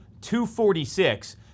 246